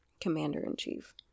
Commander-in-Chief